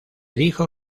dijo